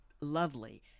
lovely